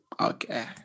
Okay